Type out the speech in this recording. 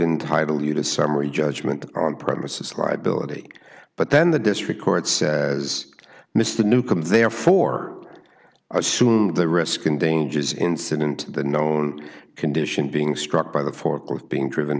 entitle you to summary judgment on premises liability but then the district court says mr newcome therefore assume the risk in danger is incident the known condition being struck by the fork with being driven